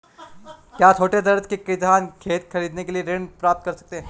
क्या छोटे दर्जे के किसान खेत खरीदने के लिए ऋृण के पात्र हैं?